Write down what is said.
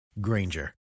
Granger